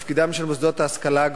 תפקידם של המוסדות להשכלה גבוהה,